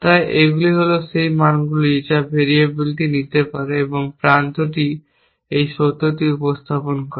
তাই এইগুলি হল সেই মানগুলি যা এই ভেরিয়েবলটি নিতে পারে এবং প্রান্তটি এই সত্যটি উপস্থাপন করে